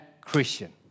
Christian